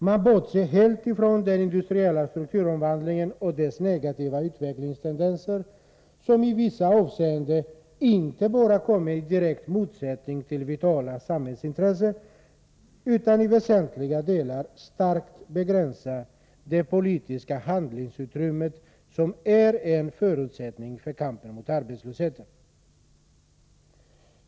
Man bortser helt från den industriella strukturomvandlingen och dess negativa utvecklingstendenser, som i vissa avseenden inte bara kommer i direkt motsättning till vitala samhällsintressen, utan i väsentliga delar starkt begränsar det politiska handlingsutrymme som är en förutsättning för kampen mot arbetslösheten.